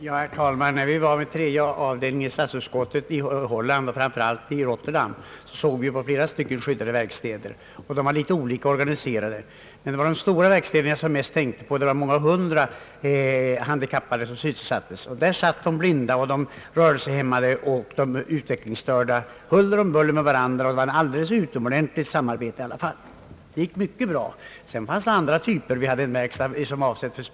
Herr talman! När vi inom tredje avdelningen i statsutskottet gjorde en resa till Rotterdam i Holland, besökte vi där flera skyddade verkstäder. Vi fann då att de var organiserade på olika sätt. Det var de stora verkstäderna jag mest tänkte på, då jag nyss talade, och där sysselsattes många hundra handikappade. Där sysselsattes blinda, rörelsehämmade och utvecklingsstörda och andra samtidigt, de bedrev ett alldeles utomordentligt gott samarbete, det hela gick mycket bra. Det fanns också andra typer av verkstäder.